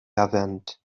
erwähnt